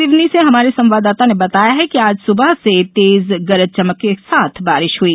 सिवनी से हमारे संवाददाता ने बताया है कि आज सुबह से तेज गरज चमक के साथ बारिश हुई